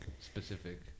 specific